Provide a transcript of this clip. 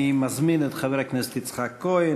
אני מזמין את חבר הכנסת יצחק כהן.